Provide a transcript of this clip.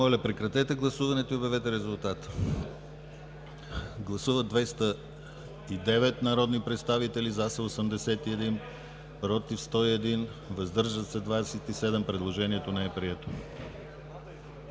Моля, прекратете гласуването и обявете резултат. Гласували 196 народни представители: за 105, против 87, въздържали се 4. Предложението е прието.